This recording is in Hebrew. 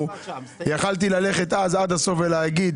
יכולתי ללכת אז עד הסוף ולהגיד